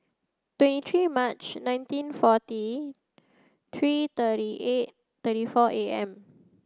twenty three March nineteen forty three thirty eight thirty four A M